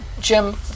Jim